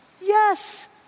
Yes